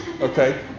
okay